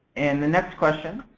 and the next question